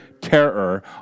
terror